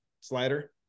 slider